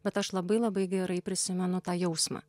bet aš labai labai gerai prisimenu tą jausmą